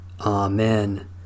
Amen